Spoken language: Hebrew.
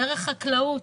דרך חקלאות,